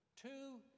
Two